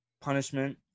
punishment